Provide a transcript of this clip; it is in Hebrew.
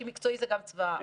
כי מקצועי זה גם צבא העם.